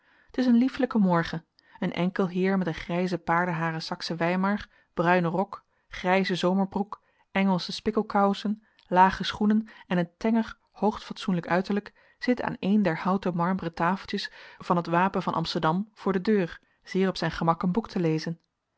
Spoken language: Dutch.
t is een liefelijke morgen een enkel heer met een grijzen paardenharen saksen weimar bruinen rok grijze zomerbroek engelsche spikkelkousen lage schoenen en een tenger hoogstfatsoenlijk uiterlijk zit aan een der houten marmeren tafeltjes van het wapen van amsterdam voor de deur zeer op zijn gemak een boek te lezen